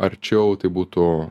arčiau tai būtų